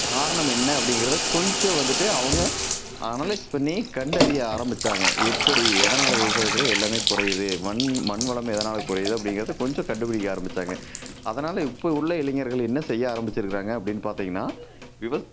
காரணம் என்ன அப்படிங்குறத கொஞ்சம் வந்துட்டு அவங்க அனலைஸ் பண்ணி கண்டறிய ஆரமித்தாங்க எப்படி எதனால விவசாயத்தில் எல்லாமே குறையுது மண் மண் வளம் எதனால் குறையுது அப்படிங்குறத கொஞ்சம் கண்டுபிடிக்க ஆரமித்தாங்க அதனால் இப்போது உள்ள இளைஞர்கள் என்ன செய்ய ஆரம்மிச்சுருக்குறாங்க அப்படின்னு பார்த்தீங்கனா விவ